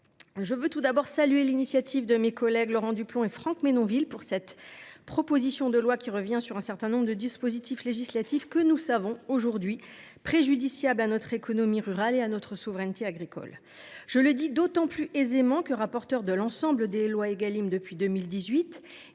je tiens tout d’abord à saluer mes collègues Laurent Duplomb et Franck Menonville pour cette proposition de loi qui revient sur un certain nombre de dispositifs législatifs que nous savons aujourd’hui préjudiciables à notre économie rurale et à notre souveraineté agricole. Je le dis d’autant plus aisément que j’ai été rapporteur de l’ensemble des lois Égalim depuis 2018.